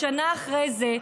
שנה אחרי זה,